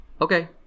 Okay